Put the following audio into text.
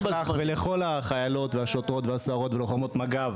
ולכל החיילות, השוטרות ולוחמות המג"ב,